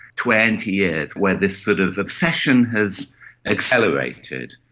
twenty years where this sort of obsession has accelerated.